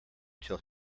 till